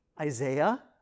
Isaiah